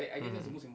mm